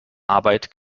arbeit